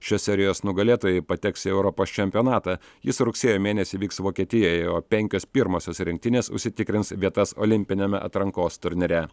šios serijos nugalėtojai pateks į europos čempionatą jis rugsėjo mėnesį vyks vokietijoje o penkios pirmosios rinktinės užsitikrins vietas olimpiniame atrankos turnyre